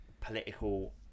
political